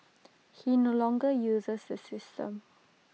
he no longer uses the system